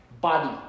body